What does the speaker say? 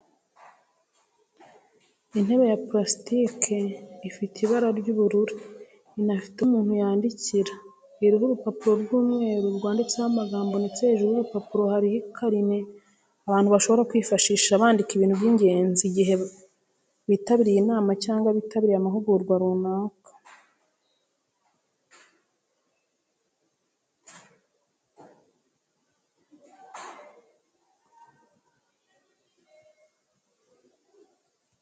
Intebe ya purasitike y'umuntu umwe ifite ibara ry'ubururu, inafite aho umuntu yandikira, iriho urupapuro rw'umweru rwanditseho amagambo ndetse hejuru y'urupapuro hariho ikarine abantu bashobora kwifashisha bandikamo ibintu by'ingenzi igihe bitabiriye inama cyangwa bitabiriye amahugurwa runaka.